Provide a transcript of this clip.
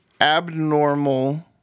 abnormal